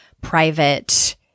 private